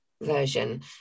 version